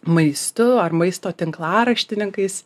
maistu ar maisto tinklaraštininkais